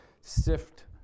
sift